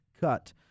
cut